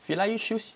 Fila shoes